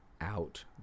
out